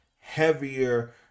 heavier